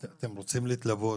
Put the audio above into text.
אם אתם רוצים להתלוות,